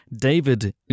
David